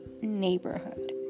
Neighborhood